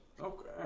Okay